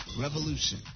revolution